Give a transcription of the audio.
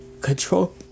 control